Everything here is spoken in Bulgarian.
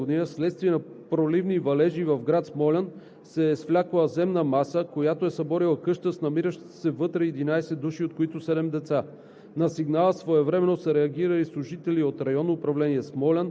За пример ще посоча, че на 11 януари 2021 г. вследствие на проливни валежи в град Смолян се е свлякла земна маса, която е съборила къща с намиращите се вътре 11 души, от които 7 деца.